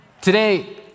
Today